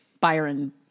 byron